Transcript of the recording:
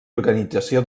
organització